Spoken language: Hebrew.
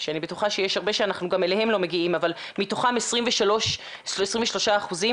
לפתח איזה שהוא מענה ויחידת אימהות שבעינינו הוא קריטי והוא חשוב,